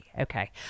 Okay